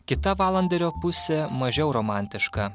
kita valanderio pusė mažiau romantiška